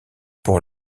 pour